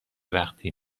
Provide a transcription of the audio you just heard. وقتی